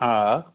हा